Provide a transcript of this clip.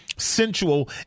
sensual